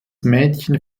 mädchen